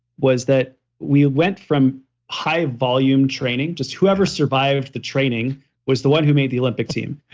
was that we went from high volume training, just whoever survived the training was the one who made the olympic team,